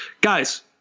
guys